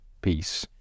Peace